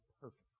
perfect